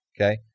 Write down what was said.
Okay